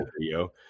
video